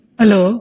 hello